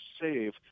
save